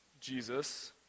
Jesus